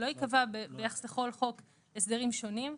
לא ייקבעו ביחס לכל חוק הסדרים שונים.